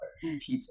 pizza